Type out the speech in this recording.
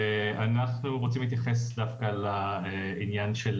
אנחנו רוצים להתייחס דווקא לעניין של